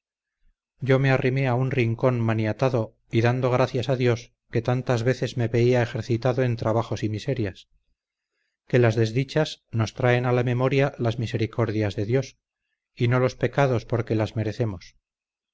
yo me arrimé a un rincón maniatado y dando gracias a dios que tantas veces me veía ejercitado en trabajos y miserias que las desdichas nos traen a la memoria las misericordias de dios y no los pecados por que las merecemos